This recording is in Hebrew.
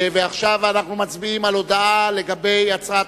עכשיו אנחנו מצביעים על הודעה לגבי הצעת